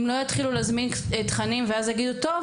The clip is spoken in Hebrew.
אם לא יתחילו להזמין תכנים ואז להגיד טוב,